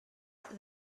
that